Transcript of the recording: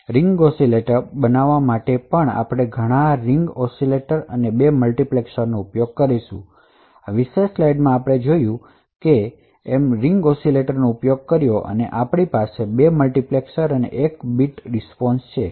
અને ring oscillator પબ બનાવવા માટે અમે આવા ઘણા રિંગ ઑસિલેટર અને 2 મલ્ટીપ્લેક્સર્સનો ઉપયોગ કરીશું આ વિશેષ સ્લાઇડમાં અમે બતાવ્યું છે કે અમે N રિંગ ઑસિલેટરનો ઉપયોગ કર્યો છે આપણી પાસે 2 મલ્ટિપ્લેક્સર્સ કાઉન્ટર અને 1 બીટ રીસ્પોન્શ છે